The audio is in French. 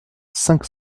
cinq